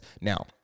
Now